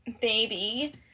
baby